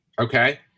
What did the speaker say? okay